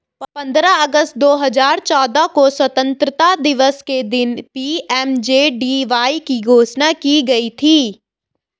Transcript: पंद्रह अगस्त दो हजार चौदह को स्वतंत्रता दिवस के दिन पी.एम.जे.डी.वाई की घोषणा की गई थी